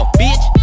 bitch